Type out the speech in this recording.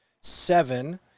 seven